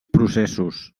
processos